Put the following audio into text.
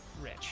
rich